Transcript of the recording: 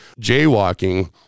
jaywalking